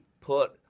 put